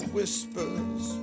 Whispers